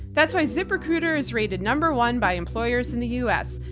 that's why ziprecruiter is rated number one by employers in the us.